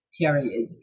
period